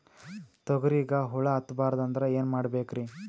ತೊಗರಿಗ ಹುಳ ಹತ್ತಬಾರದು ಅಂದ್ರ ಏನ್ ಮಾಡಬೇಕ್ರಿ?